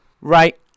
Right